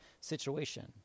situation